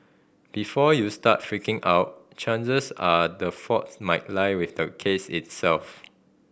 before you start freaking out chances are the fault might lie with the case itself